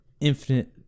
infinite